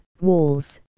walls